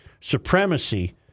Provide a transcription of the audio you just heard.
supremacy